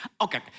Okay